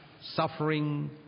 suffering